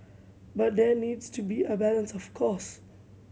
but there needs to be a balance of course